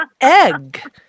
egg